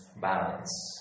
balance